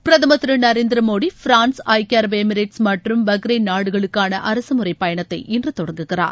பிரதமர் திரு நரேந்திர மோடி பிரான்ஸ் ஐக்கிய அரபு எமிரேட்ஸ் மற்றும் பஹ்ரைள் நாடுகளுக்கான அரசு முறை பயணத்தை இன்று தொடங்குகிறார்